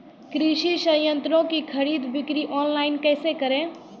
कृषि संयंत्रों की खरीद बिक्री ऑनलाइन कैसे करे?